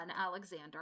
Alexander